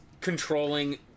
controlling